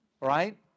Right